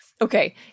Okay